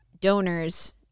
donors